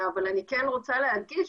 אבל אני כן רוצה להדגיש,